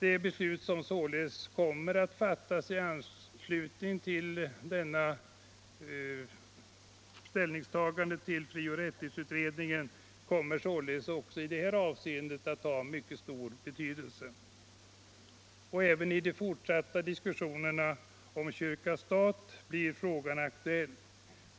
Det beslut som här kommer att fattas i anslutning till detta ställningstagande till frioch rättighetsutredningen får också här mycket stor betydelse. Även i de fortsatta diskussionerna om kyrka-stat blir frågan aktuell.